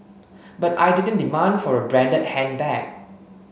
but I didn't demand for a branded handbag